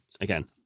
again